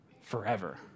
forever